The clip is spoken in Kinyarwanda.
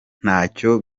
ntacyo